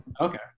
Okay